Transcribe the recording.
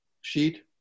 sheet